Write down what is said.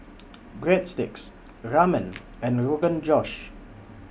Breadsticks Ramen and Rogan Josh